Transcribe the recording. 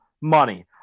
money